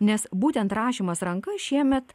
nes būtent rašymas ranka šiemet